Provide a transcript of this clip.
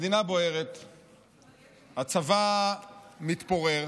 הצבא מתפורר